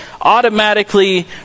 automatically